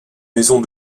maison